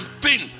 thin